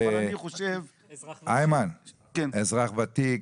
אזרח ותיק,